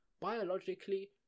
biologically